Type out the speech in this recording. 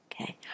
Okay